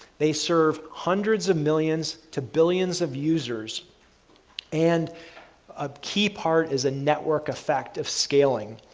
they serve hundreds of millions to billions of users and a key part is a network effect of scaling,